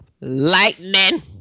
lightning